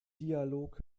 dialog